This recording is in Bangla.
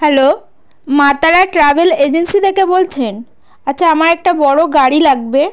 hello Maa Tara travel agency থেকে বলছেন আচ্ছা আমার একটা বড় গাড়ি লাগবে